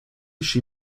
she